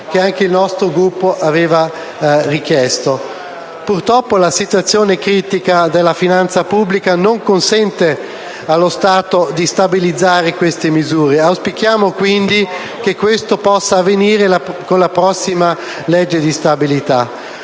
che anche il nostro Gruppo aveva richiesto. Purtroppo la situazione critica della finanza pubblica non consente, allo stato, di stabilizzare queste misure; auspichiamo quindi che questo possa avvenire con la prossima legge di stabilità.